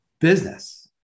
business